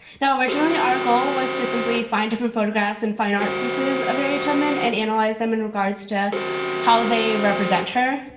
now originally, our goal was to simply find different photographs and fine art pieces of harriet tubman and analyze them in regards to how they represent her.